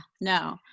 no